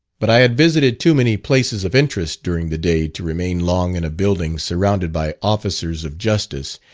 but i had visited too many places of interest during the day to remain long in a building surrounded by officers of justice,